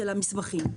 המסמכים.